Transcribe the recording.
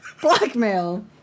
Blackmail